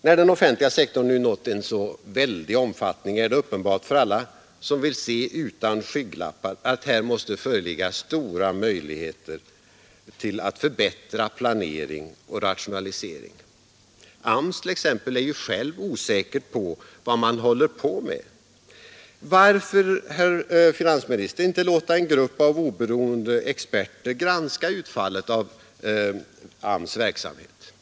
När den offentliga sektorn nu nått en så väldig omfattning, är det uppenbart för alla som vill se utan skygglappar att här måste föreligga stora möjligheter till att förbättra planering och rationalisering. AMS t.ex. är ju själv osäker på vad man håller på med. Varför, herr finansminister, inte låta en grupp oberoende experter granska utfallet av dess verksamhet?